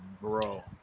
Bro